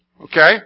Okay